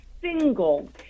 single